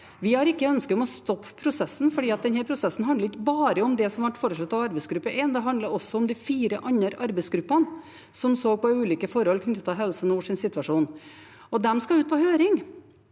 Vi har ikke noe ønske om å stoppe prosessen, for denne prosessen handler ikke bare om det som ble foreslått av arbeidsgruppe 1. Den handler også om de fire andre arbeidsgruppene som så på ulike forhold knyttet til Helse nords situasjon. De skal ut på høring.